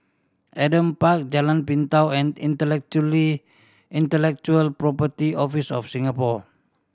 Adam Park Jalan Pintau and Intellectually Intellectual Property Office of Singapore